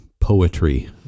poetry